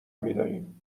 میداریم